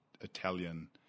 Italian